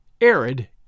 arid